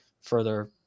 further